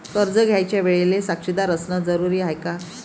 कर्ज घ्यायच्या वेळेले साक्षीदार असनं जरुरीच हाय का?